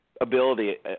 ability